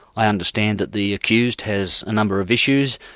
i understand that the accused has a number of issues,